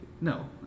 No